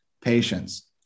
patience